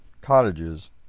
cottages